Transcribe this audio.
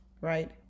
right